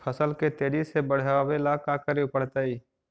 फसल के तेजी से बढ़ावेला का करे पड़तई?